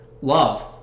love